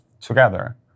together